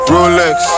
Rolex